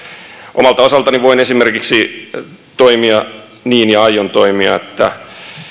omalta osaltani voin esimerkiksi toimia niin ja aion toimia että